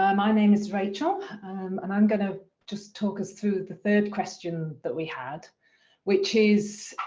um my name is rachel and i'm gonna just talk us through the third question that we had which is,